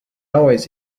always